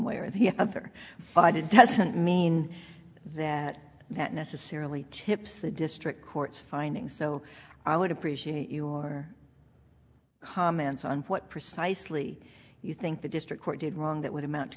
way or the other but it doesn't mean that that necessarily tips the district court's findings so i would appreciate your comments on what precisely you think the district court did wrong that would amount